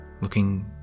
looking